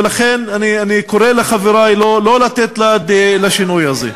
ולכן אני קורא לחברי לא לתת יד לשינוי הזה.